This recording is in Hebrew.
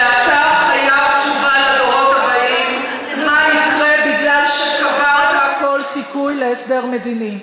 ואתה חייב תשובה לדורות הבאים מה יקרה מפני שקברת כל סיכוי להסדר מדיני.